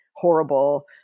horrible